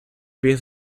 pies